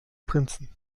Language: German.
prinzen